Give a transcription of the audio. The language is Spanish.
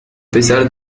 pesar